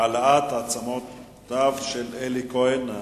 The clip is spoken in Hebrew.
ביום כ"ו באייר התשס"ט (20 במאי 2009):